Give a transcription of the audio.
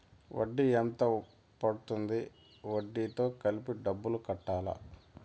వడ్డీ ఎంత పడ్తుంది? వడ్డీ తో కలిపి డబ్బులు కట్టాలా?